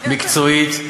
מקצועית,